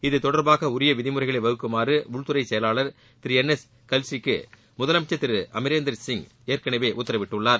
இதுதொடர்பாக உரிய விதிமுறைகளை வகுக்குமாறு உள்துறை செயலாளர் திரு என் எஸ் கல்சி க்கு முதலமைச்சள் திரு அமரேந்தர் சிங் ஏற்கனவே உத்தரவிட்டிருந்தார்